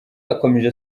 yakomeje